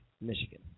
Michigan